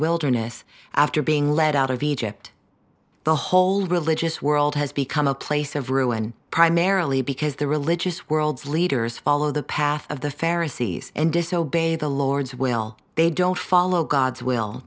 wilderness after being led out of egypt the whole religious world has become a place of ruin primarily because the religious world's leaders follow the path of the pharisees and disobeyed the lord's will they don't follow god's will